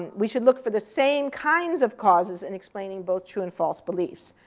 and we should look for the same kinds of causes in explaining both true and false beliefs.